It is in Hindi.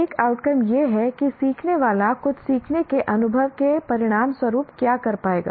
एक आउटकम यह है कि सीखने वाला कुछ सीखने के अनुभव के परिणामस्वरूप क्या कर पाएगा